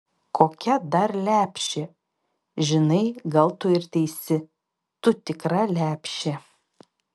kokia dar lepšė žinai gal tu ir teisi tu tikra lepšė